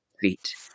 feet